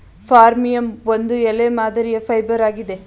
ಫರ್ಮಿಯಂ ಒಂದು ಎಲೆ ಮಾದರಿಯ ಫೈಬರ್ ಆಗಿದೆ